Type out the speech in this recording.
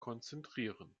konzentrieren